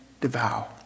devour